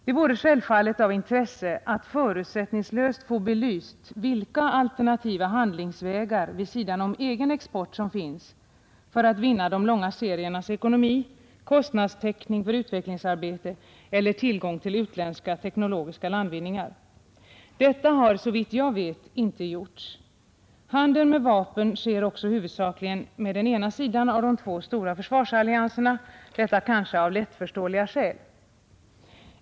Det vore självfallet av intresse att förutsättningslöst få belyst vilka alternativa handlingsvägar vid sidan om egen export som finns för att vinna de långa seriernas ekonomi, kostnadstäckning för utvecklingsarbete eller tillgång till utländska teknologiska landvinningar. Detta har, såvitt jag vet, inte gjorts. Handeln med vapen sker också huvudsakligen med den ena sidan av de två stora försvarsallianserna — detta kanske av lättförståeliga skäl.